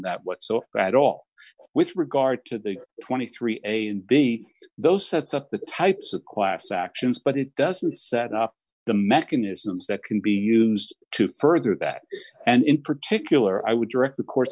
that what so rad all with regard to the twenty three a and b those sets up the types of class actions but it doesn't set up the mechanisms that can be used to further that and in particular i would direct the course